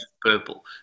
purple